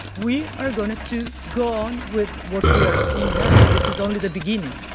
we are going to to go on with what we are seeing now. this is only the beginning.